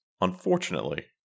Unfortunately